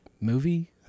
movie